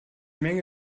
menge